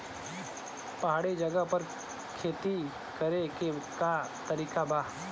पहाड़ी जगह पर खेती करे के का तरीका बा?